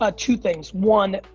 ah two things. one,